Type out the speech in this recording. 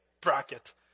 bracket